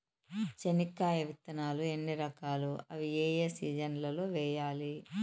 చెనక్కాయ విత్తనాలు ఎన్ని రకాలు? అవి ఏ ఏ సీజన్లలో వేయాలి?